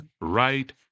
right